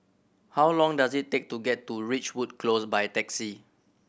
how long does it take to get to Ridgewood Close by taxi